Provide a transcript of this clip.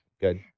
Good